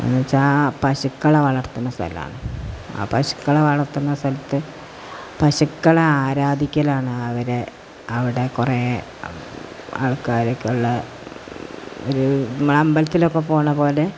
എന്നുവെച്ചാല് പശുക്കളെ വളർത്തുന്ന സ്ഥലമാണ് ആ പശുക്കളെ വളര്ത്തുന്ന സ്ഥലത്ത് പശുക്കളെ ആരാധിക്കലാണ് അവര് അവിടെ കുറേ ആൾക്കാരൊക്കെയുള്ള ഒരു നമ്മളമ്പലത്തിലൊക്കെ പോകുന്ന പോലെ